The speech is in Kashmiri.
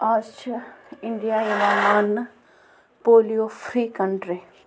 آز چھِ اِنٛڈیا یِوان مانٛنہٕ پولیو فِرٛی کَنٛٹِرٛی